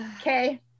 Okay